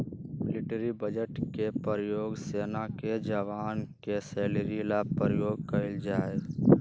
military budget के प्रयोग सेना के जवान के सैलरी ला प्रयोग कइल जाहई